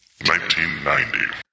1990